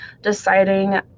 deciding